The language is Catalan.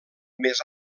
més